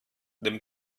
dem